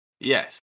yes